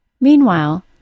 Meanwhile